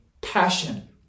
passion